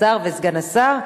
השר וסגן השר,